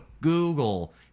Google